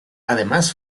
además